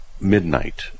midnight